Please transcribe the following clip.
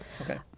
Okay